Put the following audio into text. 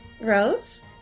Rose